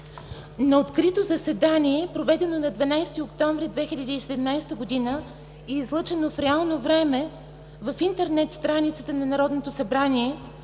На открито заседание, проведено на 12 октомври 2017 г. и излъчено в реално време в интернет страницата на Народното събрание,